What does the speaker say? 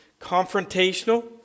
confrontational